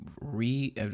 re